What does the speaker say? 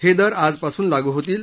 हे दर आजपासून लागू होतील